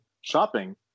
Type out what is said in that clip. shopping